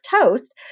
toast